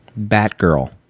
Batgirl